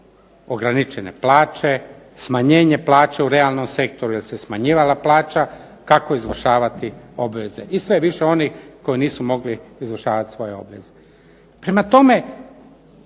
ograničene plaće, smanjenje plaća u realnom sektoru jer se smanjivala plaća, kako izvršavati obveze. I sve je više onih koji nisu mogli izvršavati svoje obveze. Prema tome,